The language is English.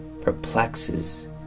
perplexes